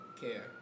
care